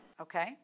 Okay